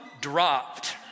dropped